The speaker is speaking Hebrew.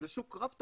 לשוק רב תחרותי,